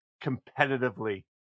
competitively